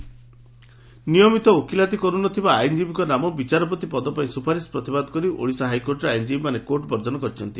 court ବର୍ଜନ ନିୟମିତ ଓକିଲାତି କରୁନଥିବା ଆଇନ୍ଜୀବୀଙ୍କ ନାମ ବିଚାରପତି ପଦ ପାଇଁ ସ୍ପପାରିଶର ପ୍ରତିବାଦ କରି ଓଡ଼ିଶା ହାଇକୋର୍ଟରେ ଆଇନ୍ଜୀବୀମାନେ କୋର୍ଟ୍ ବର୍ଜନ କରିଛନ୍ତି